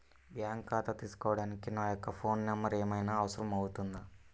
Bank ఖాతా తీసుకోవడానికి నా యొక్క ఫోన్ నెంబర్ ఏమైనా అవసరం అవుతుందా?